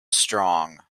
strong